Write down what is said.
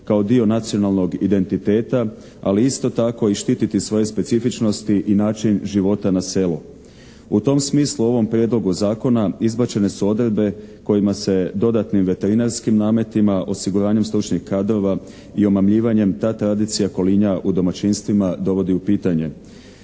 kao dio nacionalnog identiteta, ali isto tako i štiti svoje specifičnosti i način života na selu. U tom smislu u ovom prijedlogu zakona izbačene su odredbe kojima se dodatnim veterinarskim nametima, osiguranjem stručnih kadrova i omamljivanjem ta tradicija kolinja i domaćinstvima dovodi u pitanje.